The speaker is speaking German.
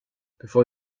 bevor